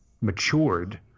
matured